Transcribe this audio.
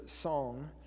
song